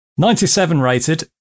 97-rated